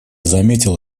заметил